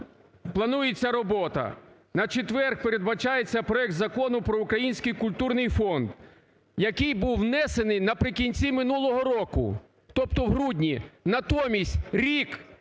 планується робота? На четвер передбачається проект Закону про Український культурний фонд, який був внесений наприкінці минулого року, тобто в грудні. Натомість рік